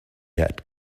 had